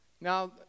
Now